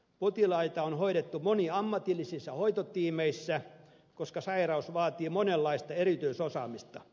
potilaita on hoidettu moniammatillisissa hoitotiimeissä koska sairaus vaatii monenlaista erityisosaamista